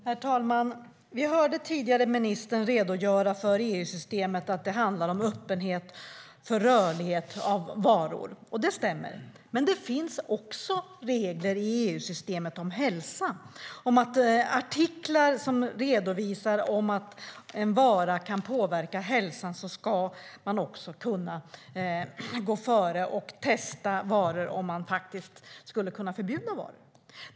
Herr talman! Vi hörde tidigare ministern redogöra för EU-systemet och att det handlar om öppenhet och rörlighet för varor. Det stämmer, men i EU-systemet finns det också regler om hälsa. Det finns artiklar som redovisar att man om en vara kan påverka hälsan ska kunna gå före och testa om man skulle kunna förbjuda den.